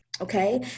Okay